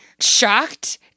shocked